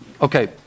Okay